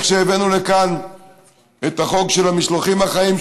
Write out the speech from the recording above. כשהבאנו לכאן את החוק של המשלוחים החיים,